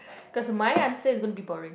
because mine answer is gone be boring